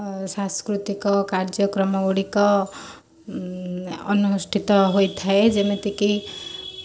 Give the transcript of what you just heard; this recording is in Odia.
ସାଂସ୍କୃତିକ କାର୍ଯ୍ୟକ୍ରମ ଗୁଡ଼ିକ ଅନୁଷ୍ଠିତ ହୋଇଥାଏ ଯେମିତିକି